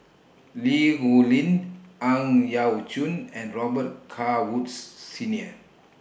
Li Rulin Ang Yau Choon and Robet Carr Woods Senior